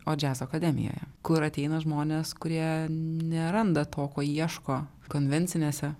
o džiazo akademijoje kur ateina žmonės kurie neranda to ko ieško konvencinėse